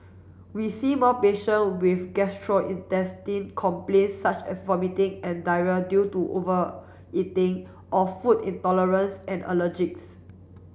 we see more patient with complaint such as vomiting and diarrhoea due to overeating or food intolerance and allergics